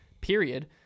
period